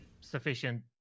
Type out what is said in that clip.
sufficient